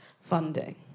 funding